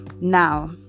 now